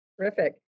terrific